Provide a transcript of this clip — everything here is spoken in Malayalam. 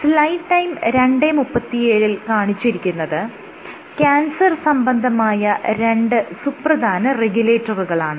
സ്ലൈഡ് ടൈം 0237 ൽ കാണിച്ചിരിക്കുന്നത് ക്യാൻസർ സംബന്ധമായ രണ്ട് സുപ്രധാന റെഗുലേറ്ററുകളാണ്